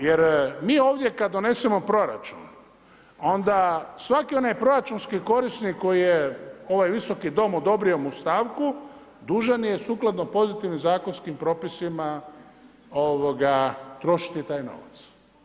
Jer mi ovdje kad donesemo proračun onda svaki onaj proračunski korisnik koji je ovaj visoki Dom odobrio mu stavku dužan je sukladno pozitivnim zakonskim propisima trošiti taj novac.